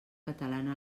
catalana